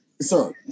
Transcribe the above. Sir